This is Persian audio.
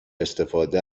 استفاده